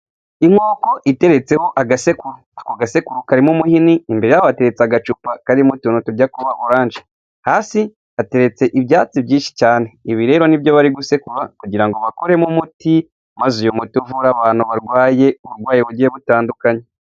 Inkoko iteretseho agaseke, agasekuru karimo umuhini imbere hateretse agacupa karimo utuntu tujya gusa oranje, hasi hateretse ibyatsi byinshi cyane, ibi rero nibyo bari gusekura kugira ngo bakoremo umuti maze uyu muti uvura abantu barwaye uburwayi bugiye butandukanye.